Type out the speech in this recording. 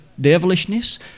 devilishness